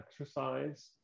exercise